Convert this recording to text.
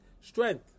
Strength